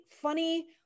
funny